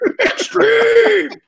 Extreme